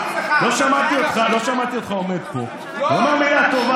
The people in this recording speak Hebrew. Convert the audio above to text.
לא שמעתי אותך עומד פה ואומר מילה טובה